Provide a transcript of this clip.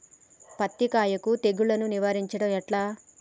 పత్తి కాయకు తెగుళ్లను నివారించడం ఎట్లా?